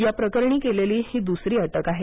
या प्रकरणी केलेली ही दुसरी अटक आहे